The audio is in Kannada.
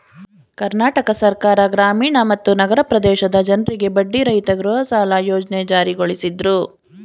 ಕರ್ನಾಟಕ ಸರ್ಕಾರ ಗ್ರಾಮೀಣ ಮತ್ತು ನಗರ ಪ್ರದೇಶದ ಜನ್ರಿಗೆ ಬಡ್ಡಿರಹಿತ ಗೃಹಸಾಲ ಯೋಜ್ನೆ ಜಾರಿಗೊಳಿಸಿದ್ರು